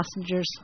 passengers